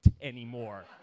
anymore